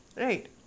Right